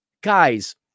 guys